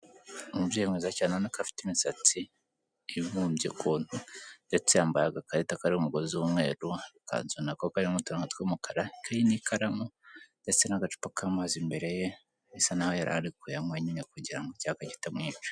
Umubyeyi mwiza cyane ubona ko afite imisatsi ibumbye ukuntu ndetse yambaye agakarita kariho umugozi w'umweru, ikanzu nako karimo utuntu tw'umukara, ikaye n'ikaramu ndetse n'agacupa k'amazi imbere ye bisa naho yarari kuyanywa nyine kugira ngo icyaka kitamwica.